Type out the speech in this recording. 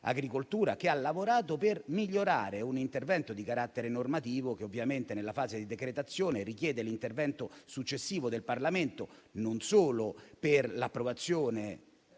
Commissione ha lavorato per migliorare un intervento di carattere normativo che ovviamente nella fase di decretazione richiede l'intervento successivo del Parlamento non solo per l'approvazione